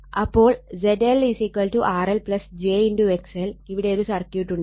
അപ്പോൾ ZL RL j XL ഇവിടെയൊരു സർക്യൂട്ടുണ്ടായിരുന്നു